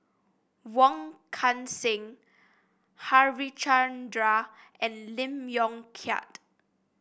Wong Kan Seng Harichandra and Lee Yong Kiat